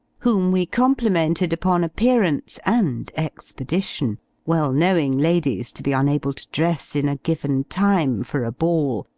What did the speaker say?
whom we complimented upon appearance and expedition well knowing ladies to be unable to dress in a given time for a ball,